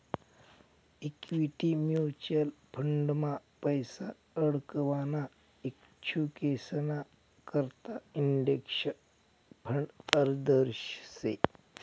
equity mutual फंडमा पैसा आडकवाना इच्छुकेसना करता इंडेक्स फंड आदर्श शे